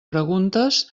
preguntes